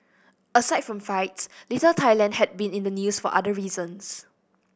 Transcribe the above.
aside from fights Little Thailand had been in the news for other reasons